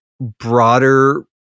broader